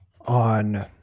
on